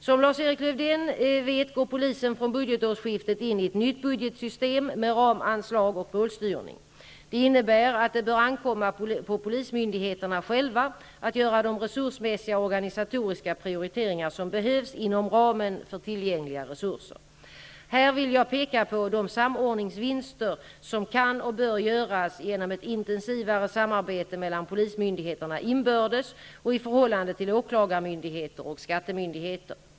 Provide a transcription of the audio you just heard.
Som Lars-Erik Lövdén vet går polisen från budgetårsskiftet in i ett nytt budgetsystem med ramanslag och målstyrning. Det innebär att det bör ankomma på polismyndigheterna själva att göra de resursmässiga och organisatoriska prioriteringar som behövs, inom ramen för tillgängliga resurser. Här vill jag peka på de samordningsvinster som kan och bör göras genom ett intensivare samarbete mellan polismyndigheterna inbördes och i förhållande till åklagarmyndigheter och skattemyndigheter.